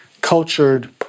cultured